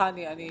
הוא